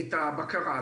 את הבקרה.